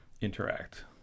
interact